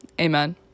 amen